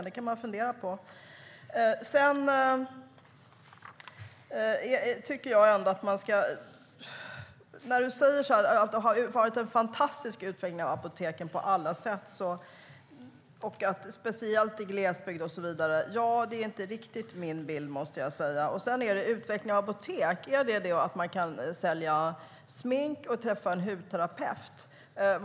Det kan man fundera på. Du säger att det har varit en fantastisk utveckling för apoteken på alla sätt, speciellt i glesbygd och så vidare. Det är inte riktigt min bild. Utveckling av apotek - är det att man kan sälja smink och träffa en hudterapeut?